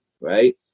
right